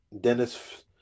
Dennis